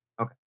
Okay